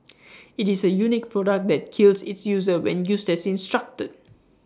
IT is A unique product that kills its user when used as instructed